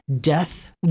death